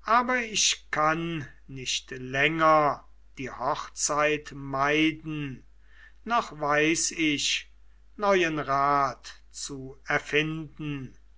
aber ich kann nicht länger die hochzeit meiden noch weiß ich neuen rat zu erfinden